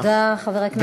תודה, חבר הכנסת ילין.